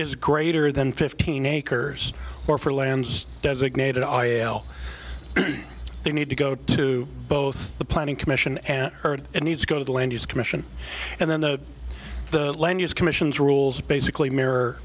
is greater than fifteen acres or for lands designated i a l they need to go to both the planning commission and it needs to go to the land use commission and then the the land use commissions rules basically mirror